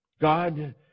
God